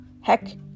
Heck